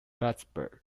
plattsburgh